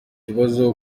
ibibazo